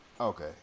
Okay